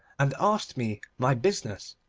and asked me my business.